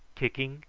kicking,